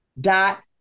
dot